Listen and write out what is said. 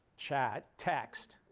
chat, text.